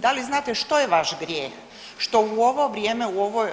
Da li znate što je vaš grijeh što u ovo vrijeme, u ovo